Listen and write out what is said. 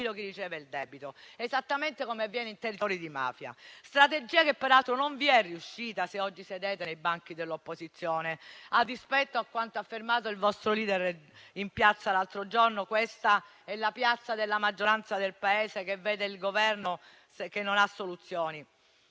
doppio filo chi riceve il debito, esattamente come avviene nei territori di mafia. È una strategia che peraltro non vi è riuscita se oggi sedete nei banchi dell'opposizione. A dispetto di quanto ha affermato il vostro *leader* in piazza l'altro giorno, questa è la piazza della maggioranza del Paese che vede il Governo che non ha soluzioni;